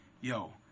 yo